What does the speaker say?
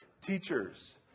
Teachers